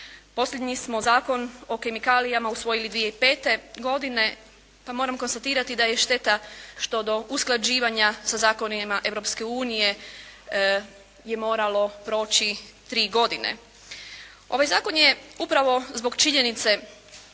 Posljednji smo Zakon o kemikalijama usvojili 2005. godine, pa moram konstatirati da je šteta što do usklađivanjima sa zakonima Europske unije je moralo proći tri godine. Ovaj Zakon je upravo zbog činjenice